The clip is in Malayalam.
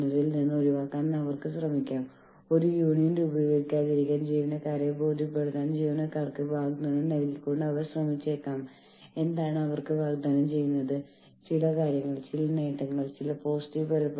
അതിനാൽ മാറ്റങ്ങൾ വരുത്തുന്നതിനെക്കുറിച്ച് സംസാരിക്കുമ്പോൾ ആവശ്യമായ മാറ്റങ്ങൾ വരുത്താൻ മാനേജ്മെന്റുമായി സ്വാധീനമില്ലാത്ത ജീവനക്കാർ ഉണ്ടാകുമ്പോൾ അതായത് എന്തെങ്കിലും ചെയ്യാൻ നിങ്ങൾ നിങ്ങളുടെ ബോസിനോട് അഭ്യർത്ഥിക്കുന്നു